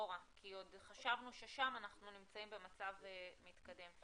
אחורה כי עוד חשבנו ששם אנחנו נמצאים במצב מתקדם.